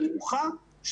הנמוכה,